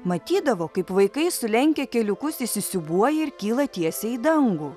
matydavo kaip vaikai sulenkę keliukus įsisiūbuoja ir kyla tiesiai į dangų